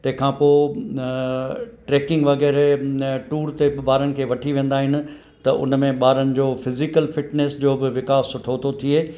तंहिंखां पोइ ट्रैकिंग वग़ैरह न टूर ते बि ॿारनि खे वठी वेंदा आहिनि त उन में ॿारनि जो फिज़िकल फिटनेस जो बि विकास सुठो थो थिए